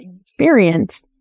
experience